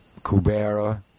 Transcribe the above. Kubera